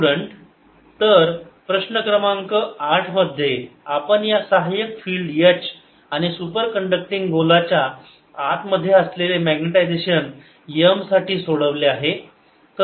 student तर प्रश्न क्रमांक 8 मध्ये आपण या सहाय्यक फिल्ड H आणि सुपर कण्डक्टींग गोलाच्या आत मध्ये असलेले मॅग्नेटायजेशन M साठी सोडवलेले आहे